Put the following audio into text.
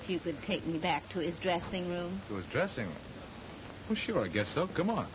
if you could take me back to his dressing room was dressing for sure i guess so come on